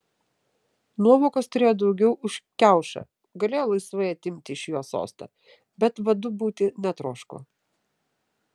nuovokos turėjo daugiau už kiaušą galėjo laisvai atimti iš jo sostą bet vadu būti netroško